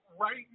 right